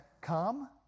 come